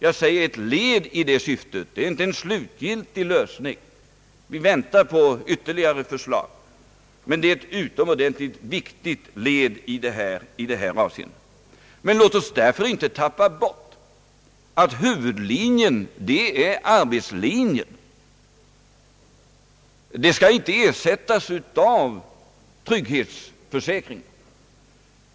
Jag säger »ett led i detta syfte» — det är inte en slutgiltig lösning. Vi väntar på ytterligare förslag. Men det är ett utomordentligt viktigt led i detta avseende. Men låt oss inte därför tappa bort att huvudlinjen är arbetslinjen. Den skall inte ersättas av trygghetsförsäkring.